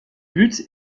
but